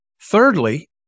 Thirdly